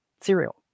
cereal